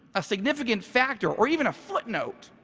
a significant factor, or even a footnote